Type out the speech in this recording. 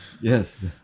Yes